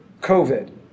COVID